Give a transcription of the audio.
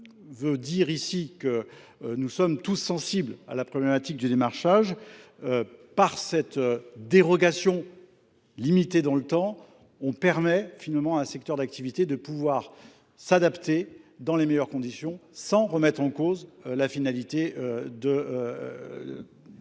veux dire ici que nous sommes tous sensibles à la problématique du démarchage. Par cette dérogation limitée dans le temps, on permet finalement à un secteur d'activité de pouvoir s'adapter dans les meilleures conditions sans remettre en cause la finalité de la loi